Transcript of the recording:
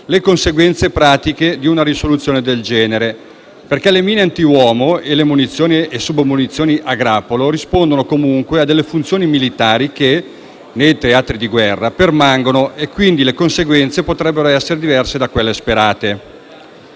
le conseguenze pratiche di una risoluzione del genere. Le mine antiuomo e le munizioni e submunizioni a grappolo rispondono comunque a delle funzioni militari che nei teatri di guerra permangono e, quindi, le conseguenze potrebbero essere diverse da quelle sperate.